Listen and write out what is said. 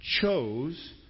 chose